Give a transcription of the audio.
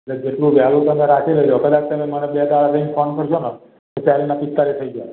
એટલે જેટલું વહેલું તમે રાખી લેશો કદાચ તમે મને બે દહાડા રહીને ફોન કરશો ને તો ચાળીસના પિસ્તાળીસ થઈ ગયા હોય